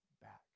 back